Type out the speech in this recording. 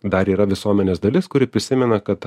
dar yra visuomenės dalis kuri prisimena kad